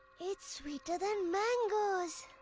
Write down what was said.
it's sweeter than mangoes!